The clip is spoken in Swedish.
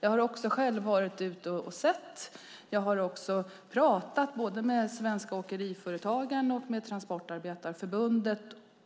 Jag har också själv varit ute och sett detta, och jag har pratat både med de svenska åkeriföretagen och med Transportarbetarförbundet.